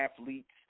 athletes